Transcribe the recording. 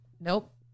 nope